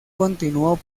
continuó